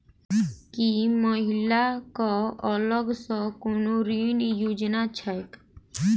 की महिला कऽ अलग सँ कोनो ऋण योजना छैक?